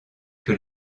que